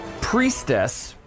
priestess